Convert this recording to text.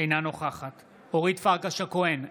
אינה נוכחת אורית פרקש הכהן,